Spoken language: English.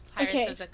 okay